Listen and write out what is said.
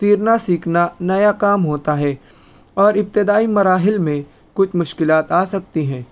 تیرنا سیکھنا نیا کام ہوتا ہے اور ابتدائی مراحل میں کچھ مشکلات آ سکتی ہیں